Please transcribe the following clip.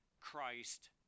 Christ